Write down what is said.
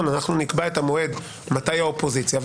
אנחנו נקבע את המועד מתי האופוזיציה.